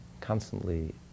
constantly